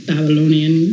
Babylonian